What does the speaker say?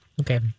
Okay